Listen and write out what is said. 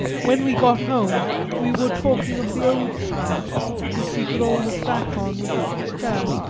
when we got home we were talking of the old time which we could all look back on without despair,